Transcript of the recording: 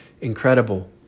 incredible